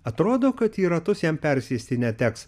atrodo kad į ratus jam persėsti neteks